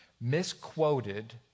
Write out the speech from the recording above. misquoted